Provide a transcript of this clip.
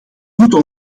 moeten